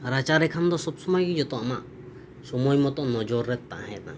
ᱨᱟᱪᱟ ᱨᱮᱠᱷᱟᱱ ᱫᱚ ᱥᱚᱵᱽ ᱥᱩᱢᱟᱹᱭ ᱡᱚᱛᱚ ᱟᱢᱟᱜ ᱥᱩᱢᱟᱹᱭ ᱢᱚᱛᱚ ᱱᱚᱡᱚᱨ ᱨᱮ ᱛᱟᱦᱮᱱᱟ